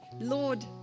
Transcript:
Lord